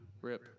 rip